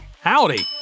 Howdy